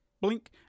blink